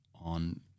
on